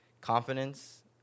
confidence